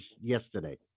yesterday